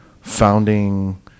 founding